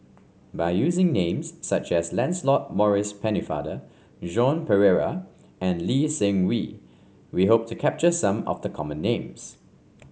by using names such as Lancelot Maurice Pennefather Joan Pereira and Lee Seng Wee we hope to capture some of the common names